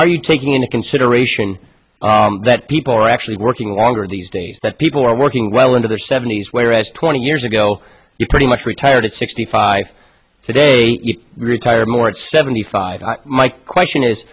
are you taking into consideration that people are actually working longer these days that people are working well into their seventies whereas twenty years ago you pretty much retired at sixty five today you retire more at seventy five my question is